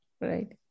Right